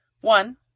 One